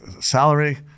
salary